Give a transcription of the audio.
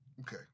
Okay